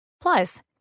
Plus